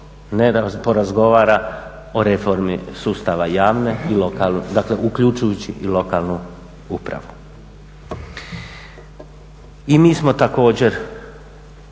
ne porazgovara o reformi sustava javne i lokalne, dakle uključujući i lokalnu upravu. I mi smo također